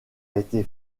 été